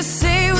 say